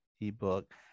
ebook